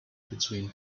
between